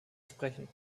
sprechen